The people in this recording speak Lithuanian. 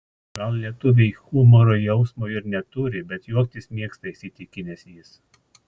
gal lietuviai humoro jausmo ir neturi bet juoktis mėgsta įsitikinęs jis